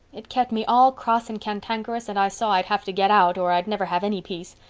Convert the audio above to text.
it kept me all cross and cantankerous and i saw i'd have to get out or i'd never have any peace.